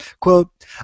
quote